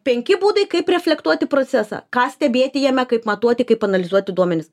penki būdai kaip reflektuoti procesą ką stebėti jame kaip matuoti kaip analizuoti duomenis